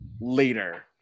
later